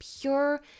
pure